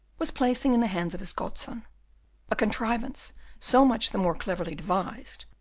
was placing in the hands of his godson a contrivance so much the more cleverly devised,